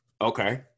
Okay